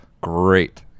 great